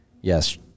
yes